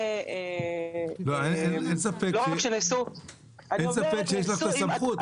אין ספק שיש לך את הסמכות,